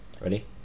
Ready